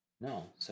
no